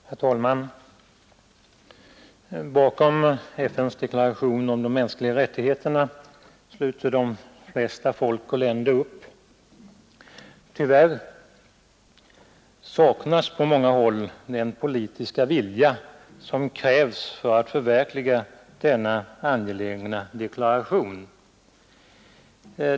Herr talman! Bakom FN:s deklaration om de mänskliga rättigheterna sluter de flesta folk och länder upp. Tyvärr saknas på många håll den politiska vilja som krävs för att förverkliga FN:s angelägna deklaration.